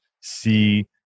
see